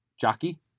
Jockey